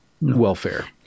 welfare